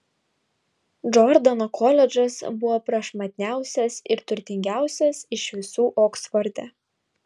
džordano koledžas buvo prašmatniausias ir turtingiausias iš visų oksforde